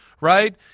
right